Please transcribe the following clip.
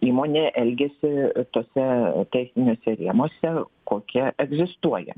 įmonė elgiasi tuose teisiniuose rėmuose kokia egzistuoja